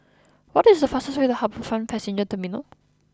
what is the fastest way to HarbourFront Passenger Terminal